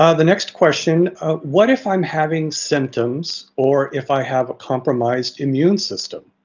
ah the next question what if i'm having symptoms or if i have a compromised immune system?